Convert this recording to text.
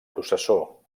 processó